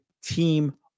team